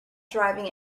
driving